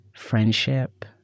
friendship